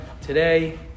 today